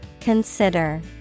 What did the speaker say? Consider